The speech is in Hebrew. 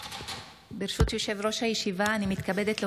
ברשות יושב-ראש הישיבה, אני מתכבדת להודיעכם,